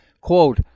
Quote